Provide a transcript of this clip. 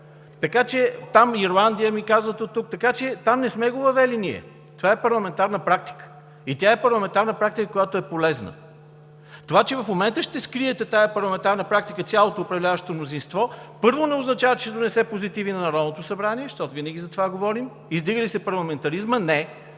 Унгария, Ирландия ми казват оттук. Така че не сме го въвели ние, това е парламентарна практика. И тя е парламентарна практика, която е полезна. Това, че в момента ще скриете тази парламентарна практика цялото управляващо мнозинство, първо, не означава, че ще донесе позитиви на Народното събрание, защото винаги за това говорим. Издига ли се парламентаризмът? Не.